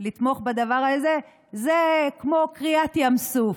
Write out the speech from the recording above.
לתמוך בדבר הזה זה כמו קריעת ים סוף.